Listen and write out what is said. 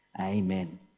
Amen